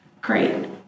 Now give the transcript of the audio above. Great